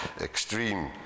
extreme